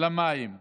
למחיר המים.